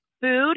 Food